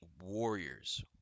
Warriors